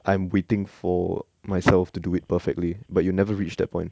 I am waiting for myself to do it perfectly but you will never reach that point